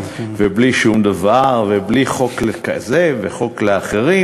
בלי הבדלים ובלי שום דבר ובלי חוק כזה וחוק לאחרים.